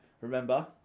Remember